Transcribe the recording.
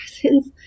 presence